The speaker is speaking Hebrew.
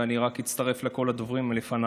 ואני רק אצטרף לכל הדוברים לפניי.